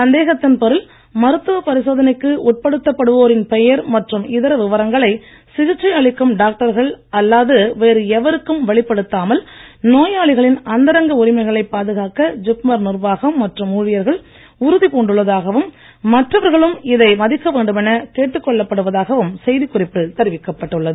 சந்தேகத்தின் பேரில் மருத்துவப் பரிசோதனைக்கு உட்படுத்தப் படுவோரின் பெயர் மற்றும் இதர விவரங்களை சிகிச்சை அளிக்கும் டாக்டர்கள் அல்லாது வேறு எவருக்கும் வெளிப்படுத்தாமல் நோயாளிகளின் அந்தரங்க உரிமைகளைப் பாதுகாக்க ஜிப்மர் நிர்வாகம் மற்றும் ஊழியர்கள் உறுதி பூண்டுள்ளதாகவும் மற்றவர்களும் இதை மதிக்க வேண்டும் என கேட்டுக் கொள்ளப் படுவதாகவும் செய்திக்குறிப்பில் தெரிவிக்கப் பட்டுள்ளது